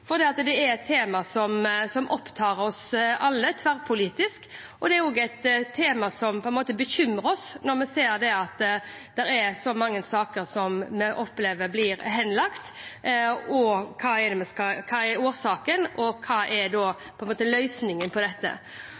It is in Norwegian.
for at representanten Eide har fremmet denne interpellasjonen. Dette er et tema som opptar oss alle – tverrpolitisk – og det er et tema som bekymrer oss når vi ser at det er så mange saker som vi opplever blir henlagt. Hva er årsaken, og hva er løsningen på dette?